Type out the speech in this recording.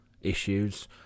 issues